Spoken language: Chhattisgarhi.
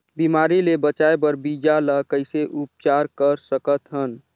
बिमारी ले बचाय बर बीजा ल कइसे उपचार कर सकत हन?